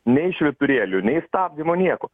nei švyturėlių nei stabdymo nieko